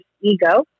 ego